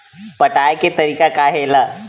पटाय के तरीका का हे एला?